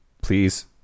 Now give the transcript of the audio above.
please